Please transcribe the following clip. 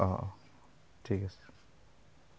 অঁ অঁ ঠিক আছে